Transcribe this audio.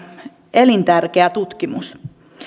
elintärkeä tutkimus